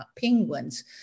penguins